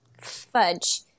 Fudge